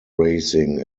racing